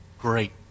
great